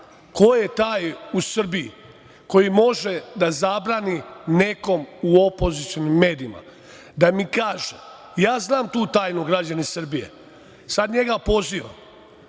Ko je taj u Srbiji koji može da zabrani nekom u opozicionim medijima da mi kaže? Ja znam tu tajnu, građani Srbije. Sad njega pozivam